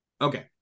okay